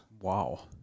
Wow